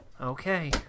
Okay